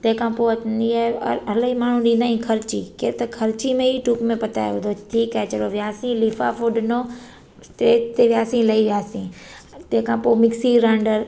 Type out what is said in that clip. तंहिं खां पोइ हूंदी आहे इलाही माण्हू ॾींदा आहिनि ख़र्ची केरु त खर्ची में ई टुक में पताए वेंदो ठीकु आहे चलो वियासीं लिफ़ाफ़ो ॾिनो स्टेज ते वियासी लही वियासीं तंहिं खां पोइ मिक्सी ग्राइंडर